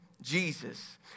Jesus